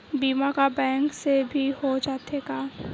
बीमा का बैंक से भी हो जाथे का?